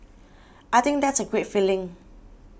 I think that's a great feeling